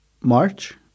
March